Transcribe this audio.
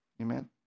Amen